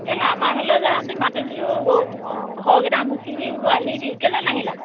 কেলৈ আমাৰ ঘৰলৈ যে আজি মাতিছিলো ঘৰকেইটা বোলো মুচিবি বোলো আহিবি কেলৈ নাহিলা